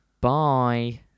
Bye